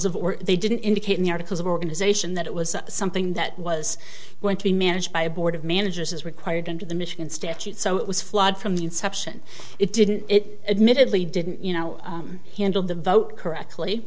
of or they didn't indicate in the articles of organization that it was something that was going to be managed by a board of managers as required under the michigan statute so it was flawed from the inception it didn't it admittedly didn't you know handled the vote correctly